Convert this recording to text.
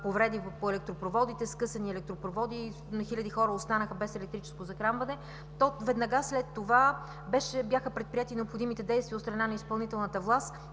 повреди по електропроводите – скъсани електропроводи, хиляди хора останаха без електрическо захранване, но веднага след това бяха предприети необходимите действия от страна на изпълнителната власт